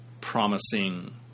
promising